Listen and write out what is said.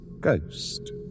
Ghost